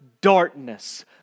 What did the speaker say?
darkness